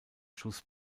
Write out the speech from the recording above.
schuss